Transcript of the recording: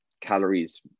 calories